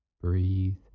Breathe